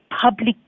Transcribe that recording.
public